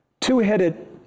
two-headed